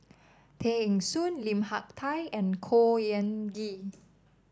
Tay Eng Soon Lim Hak Tai and Khor Ean Ghee